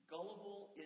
Gullible